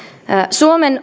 suomen